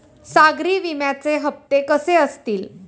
सागरी विम्याचे हप्ते कसे असतील?